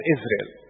Israel